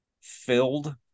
filled